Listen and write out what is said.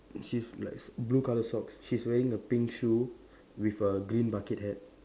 she's like blue colour socks she's wearing a pink shoe with a green bucket hat